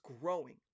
growing